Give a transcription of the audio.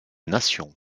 nations